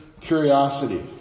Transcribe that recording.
curiosity